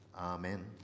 Amen